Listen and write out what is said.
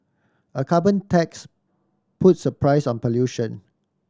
a carbon tax puts a price on pollution